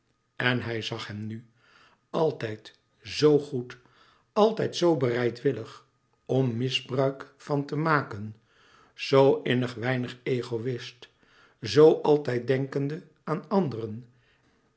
en hij zag hem nu altijd zoo goed altijd zoo bereidwillig om misbruik van te maken zoo innig weinig egoïst zoo altijd denkende aan anderen